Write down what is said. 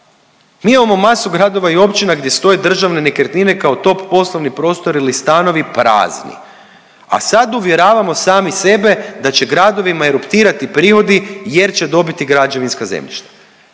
Mi imamo masu gradova i općina gdje stoje državne nekretnine kao top poslovni prostori ili stanovi prazni, a sad uvjeravamo sami sebe da će gradovima eruptirati prihodi jer će dobiti građevinska zemljišta.